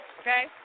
okay